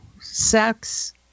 sex